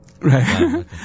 Right